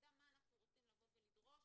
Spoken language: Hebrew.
שנדע מה אנחנו רוצים לבוא ולדרוש,